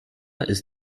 ist